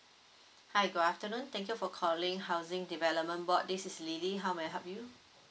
hi good afternoon thank you for calling housing development board this is lily how may I help you